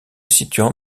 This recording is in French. situant